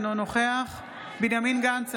אינו נוכח בנימין גנץ,